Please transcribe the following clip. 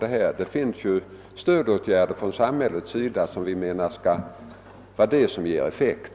Det finns stödåtgärder från samhällets sida, vilka ger effekt i arbetet.